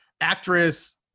actress